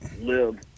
live